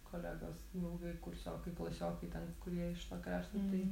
kolegos draugai kursiokai klasiokiai ten kurie iš to krašto tai